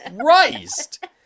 Christ